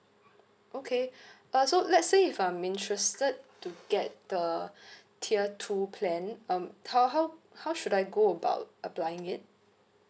okay uh so let's say if I'm interested to get the tier two plan um how how how should I go about applying it